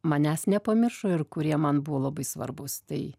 manęs nepamiršo ir kurie man buvo labai svarbūs tai